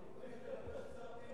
אני מבקש לדבר כששר הפנים